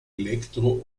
elektro